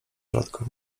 rzadko